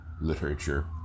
literature